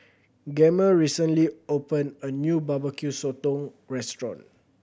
Gemma recently opened a new Barbecue Sotong restaurant